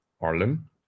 arlen